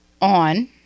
on